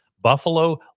Buffalo